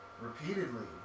repeatedly